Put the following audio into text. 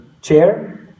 chair